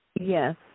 Yes